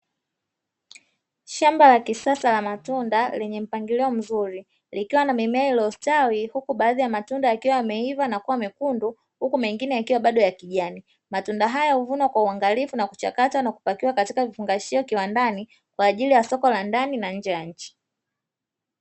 Shamba la kisasa la matunda lenye mpangilio mzuri likiwa na mimea iliyostawi huku baadhi ya matunda yakiwa yameiva na kua mekundu, huku mengine yakiwa bado ya kijani matunda haya huvunwa kwa uangalifu na kuchakatwa na kupakiwa katika vifungashio kiwandani, kwa ajili ya soko la ndani na nje ya nchi.